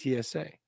TSA